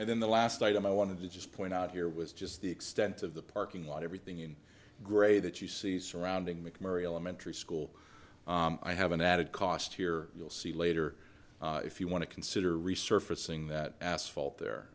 and then the last item i want to just point out here was just the extent of the parking lot everything in gray that you see surrounding mcmurry elementary school i haven't added cost here you'll see later if you want to consider resurfacing that asphalt there